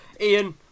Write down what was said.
Ian